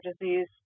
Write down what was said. disease